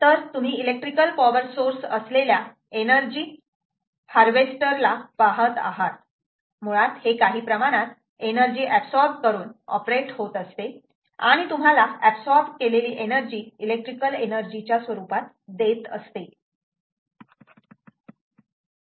तर तुम्ही electrical power source असलेल्या एनर्जी हार्वेस्टर ला पहात आहात मुळात हे काही प्रमाणात एनर्जी ऍबसॉर्ब् करून ऑपरेट होत असते आणि तुम्हाला ऍबसॉर्ब् केलेली एनर्जी इलेक्ट्रिकल एनर्जी च्या स्वरूपात देत असते